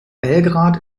belgrad